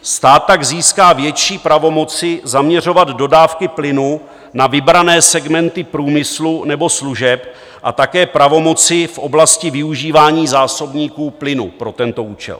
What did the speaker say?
Stát tak získá větší pravomoci zaměřovat dodávky plynu na vybrané segmenty průmyslu nebo služeb a také pravomoci v oblasti využívání zásobníků plynu pro tento účel.